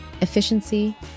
efficiency